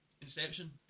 Inception